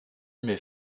met